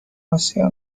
آسیا